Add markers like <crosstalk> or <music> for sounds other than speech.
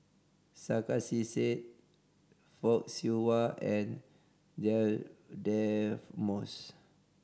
Sarkasi Said Fock Siew Wah and Dear <unintelligible> Moss